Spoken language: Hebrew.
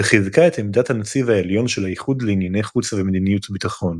וחיזקה את עמדת הנציב העליון של האיחוד לענייני חוץ ומדיניות ביטחון.